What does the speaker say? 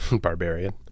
barbarian